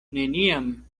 neniam